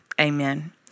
amen